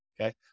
Okay